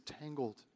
tangled